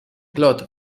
claude